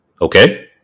Okay